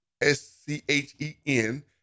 S-C-H-E-N